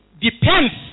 depends